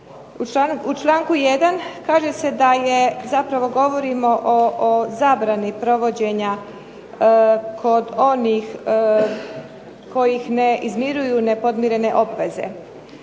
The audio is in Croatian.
U članku 1. kaže da je govorimo o zabrani provođenja kod onih koji ne izmiruju nepodmirene obveze.